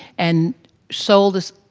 and sold this,